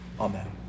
Amen